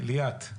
ליאת.